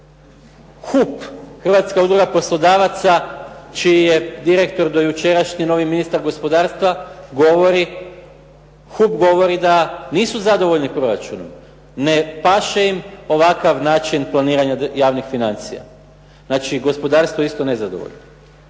HUP, Hrvatska udruga poslodavaca čiji je direktor dojučerašnji, novi ministar gospodarstva govori, HUP govori da nisu zadovoljni proračunom. Ne paše im ovakav način planiranja javnih financija. Znači gospodarstvo je isto nezadovoljno.